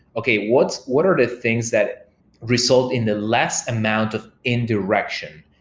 okay, what what are the things that result in the less amount of indirection?